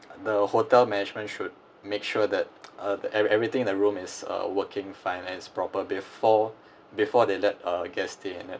the hotel management should make sure that uh every~ everything in the room is uh working fine and is proper before before they let uh guest stay in it